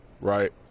right